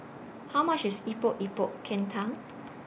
How much IS Epok Epok Kentang